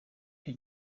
cyo